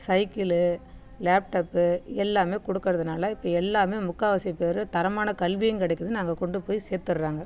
cycle laptop எல்லாமே கொடுக்குறதுனால இப்போ எல்லாம் முக்காவாசிப்பேர் தரமான கல்வியும் கிடைக்குதுனு அங்கே கொண்டு போய் சேர்த்துட்றாங்க